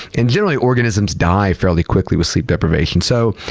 and generally, organisms die fairly quickly with sleep deprivation. so,